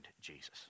Jesus